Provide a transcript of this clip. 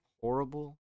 Horrible